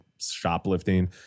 shoplifting